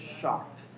shocked